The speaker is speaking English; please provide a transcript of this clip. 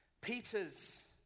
Peters